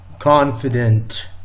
confident